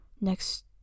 next